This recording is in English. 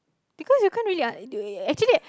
because you can't really un~ uh actually